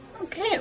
Okay